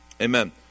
Amen